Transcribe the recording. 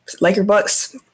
Laker-Bucks